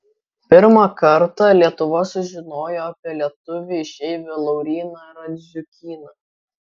pirmą kartą lietuva sužinojo apie lietuvį išeivį lauryną radziukyną